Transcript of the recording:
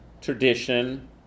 tradition